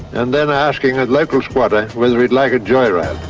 and then asking a local squatter whether he'd like a joyride.